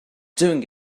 doing